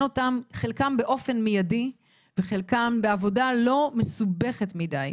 את חלקם באופן מידי וחלקם לא בעבודה מסובכת מדי.